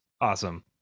awesome